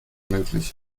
möglich